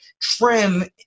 trim